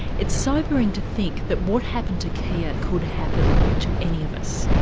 it's sobering to think that what happened to kia could happen to any of us.